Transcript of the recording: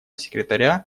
секретаря